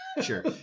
sure